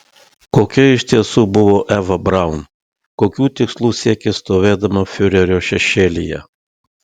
kokia iš tiesų buvo eva braun kokių tikslų siekė stovėdama fiurerio šešėlyje